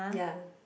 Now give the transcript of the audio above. ya